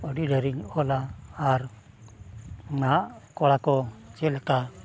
ᱟᱹᱰᱤ ᱰᱷᱮᱹᱨᱮᱧ ᱚᱞᱟ ᱟᱨ ᱱᱟᱦᱟᱜ ᱠᱚᱲᱟ ᱠᱚ ᱪᱮᱫ ᱞᱮᱠᱟ